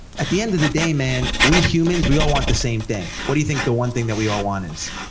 at the end of the day, man, we humans, we all want the same thing. what do you think the one thing that we all want is?